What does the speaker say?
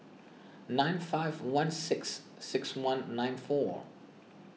nine five one six six one nine four